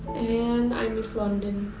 and i miss london.